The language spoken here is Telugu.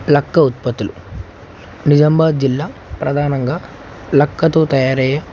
లక్క ఉత్పత్తులు నిజామాబాద్ జిల్లా ప్రధానంగా లక్కతో తయారయ్యే